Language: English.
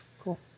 Cool